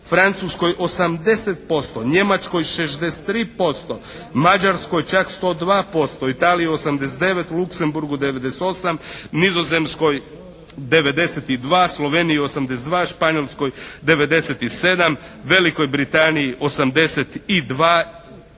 Francuskoj 80%, Njemačkoj 63%, Mađarskoj čak 102%, Italiji 89, Luxembourgu 98, Nizozemskoj 92, Sloveniji 82, Španjolskoj 97, Velikoj Britaniji 82%